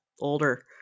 older